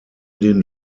den